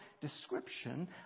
description